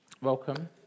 welcome